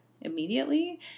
immediately